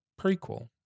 prequel